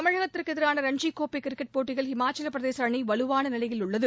தமிழகத்திற்கு எதிரான ரஞ்சிக்கோப்பை கிரிக்கெட் போட்டியில் இமாச்சவப் பிரதேச அணி வலுவான நிலையில் உள்ளது